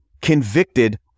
convicted